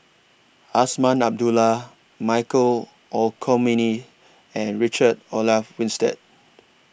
Azman Abdullah Michael Olcomendy and Richard Olaf Winstedt